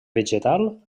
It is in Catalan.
vegetal